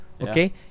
Okay